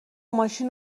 ماشین